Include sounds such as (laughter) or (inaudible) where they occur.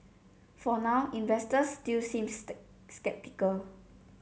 for now investors still seem (unintelligible) sceptical